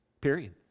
Period